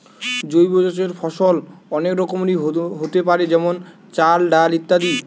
জৈব চাষের ফসল অনেক রকমেরই হোতে পারে যেমন চাল, ডাল ইত্যাদি